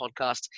podcast